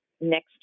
Next